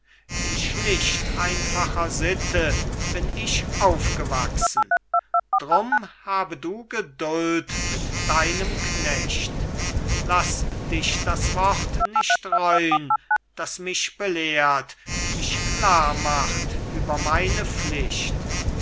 in schlicht einfacher sitte bin ich aufgewachsen drum habe du geduld mit deinem knecht laß dich das wort nicht reun das mich belehrt mich klarmacht über meine pflicht